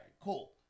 Cool